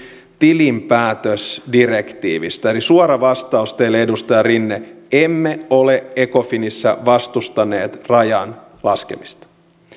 tilinpäätösdirektiivistä suora vastaus teille edustaja rinne emme ole ecofinissä vastustaneet rajan laskemista